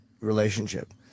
relationship